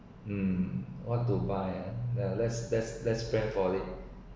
um what to buy ah let’s let’s let’s plan for it